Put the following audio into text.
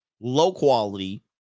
low-quality